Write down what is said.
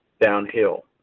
downhill